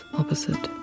opposite